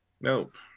Nope